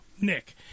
nick